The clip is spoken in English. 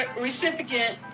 recipient